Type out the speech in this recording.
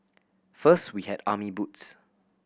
first we had army boots